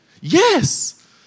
Yes